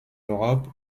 europe